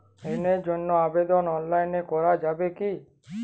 ঋণের জন্য আবেদন অনলাইনে করা যাবে কি?